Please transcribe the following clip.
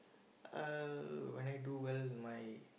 uh when I do well in my